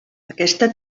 aquesta